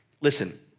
Listen